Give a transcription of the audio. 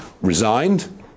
resigned